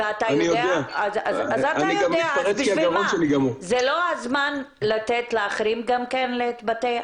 זה לא הזמן לתת לאחרים גם להתבטא.